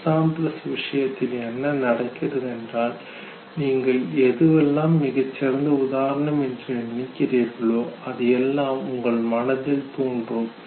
exemplars விஷயத்தில் என்ன நடக்கிறது என்றால் நீங்கள் எதுவெல்லாம் மிகச் சிறந்த உதாரணம் என்று நினைக்கிறீர்களோ அது எல்லாம் உங்கள் மனதில் தோன்றும்